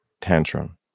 tantrum